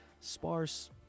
sparse